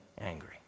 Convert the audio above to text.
angry